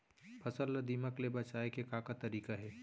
फसल ला दीमक ले बचाये के का का तरीका हे?